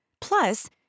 Plus